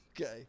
Okay